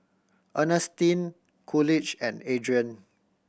Earnestine Coolidge and Adrain